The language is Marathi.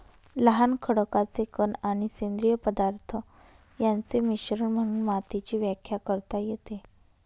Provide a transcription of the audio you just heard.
लहान खडकाचे कण आणि सेंद्रिय पदार्थ यांचे मिश्रण म्हणून मातीची व्याख्या करता येते